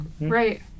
Right